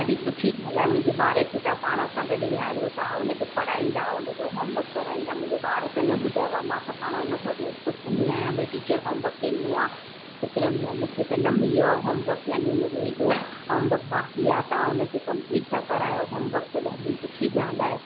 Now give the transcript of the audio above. ॾाढी सुठी ॻाल्हि आहे मुंहिंजे ॿार खे तां पाण सां गॾु वेहारियो था हुनखे पढ़ाईंदा हुनजो होमवर्क कराईंदा मुंहिंजे ॿार त न ॿुधायो आहे मां त पाण उनखां रोज़ु पुछंदी आहियां भई टीचर होमवर्क ॾिनो आहे त चईंदो आहे मूंखे त न मिलियो आहे होमवर्क यानी हुनजो हेॾो होमवर्क बाक़ी आह तव्हां उनखे कंपलीट था करायो होमवर्क त ॾाढी सुठी ॻाल्हि आहे